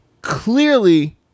clearly